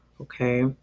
okay